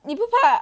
你不怕